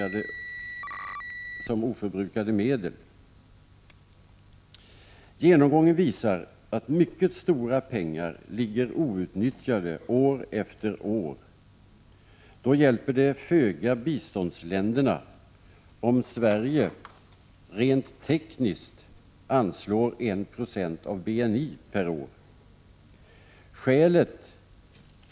Genomgången visar att mycket stora pengar ligger outnyttjade år efter år. Då hjälper det föga biståndsländerna om Sverige rent tekniskt anslår 1 96 av BNI per år.